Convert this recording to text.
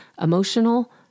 emotional